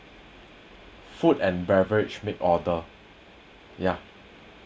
food and beverage make order ya